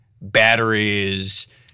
batteries